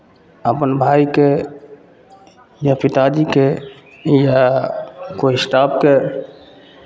अपन भायकेँ या पिताजीकेँ या कोइ स्टाफकेँ